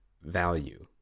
value